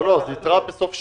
לא, לא, זו יתרה בסוף שנה.